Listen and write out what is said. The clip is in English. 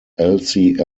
elsie